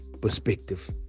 perspective